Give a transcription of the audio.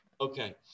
Okay